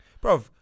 bro